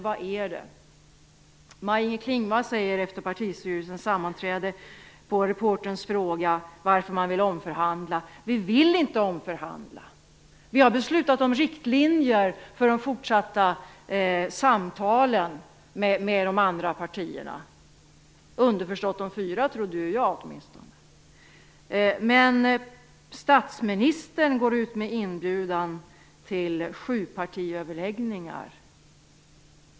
Maj-Inger Klingvall svarar efter partistyrelsens sammanträde på reporterns fråga varför man vill omförhandla att man inte vill omförhandla och att man har beslutat om riktlinjer för de fortsatta samtalen med de andra partierna. Åtminstone jag trodde att det var underförstått att det gällde de fyra partierna. Men statsministern går ut med inbjudan till sjupartiöverläggningar.